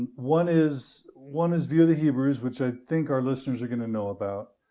one is one is view of the hebrews, which i think our listeners are gonna know about.